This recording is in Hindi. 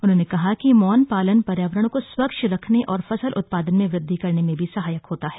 उन्होंने कहा कि मौन पालन पर्यावरण को स्वच्छ रखने और फसल उत्पादन में वृद्धि करने में भी सहायक होता है